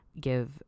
give